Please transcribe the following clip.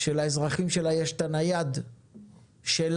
שלאזרחים שלה יש את הנייד שלה,